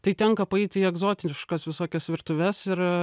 tai tenka paeiti į egzotiškas visokias virtuves ir